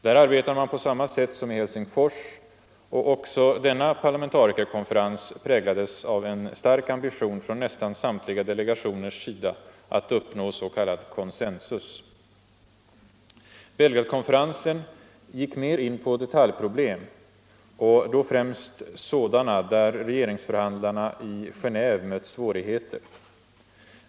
Där arbetade man på samma sätt som i Helsingfors, och också denna parlamentarikerkonferens präglades av en stark ambition från nästan samtliga delegationers sida att uppnå s.k. konsensus. Belgradkonferensen gick mer in på detaljproblem och då främst sådana där regeringsförhandlingarna i Geneve mött svårigheter.